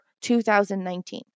2019